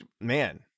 man